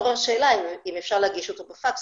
תתעורר שאלה אם אפשר להגיש את זה בפקס